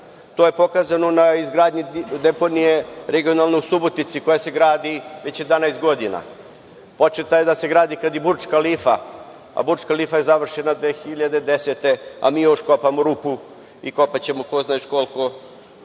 To je pokazano na izgradnji deponije regionalne u Subotici koja se gradi već 11 godina. Početa je da se gradi kad i Burdž Kalifa, a Burdž Kalifa je završena 2010. godine, a mi još kopamo i kopaćemo ko zna još koliko,